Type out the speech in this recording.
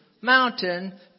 mountain